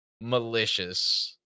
malicious